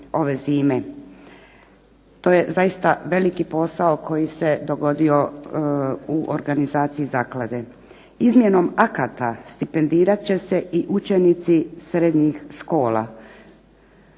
To je zaista veliki posao koji se dogodio u organizaciji zaklade. Izmjenom akata stipendirat će se i učenici srednjih škola.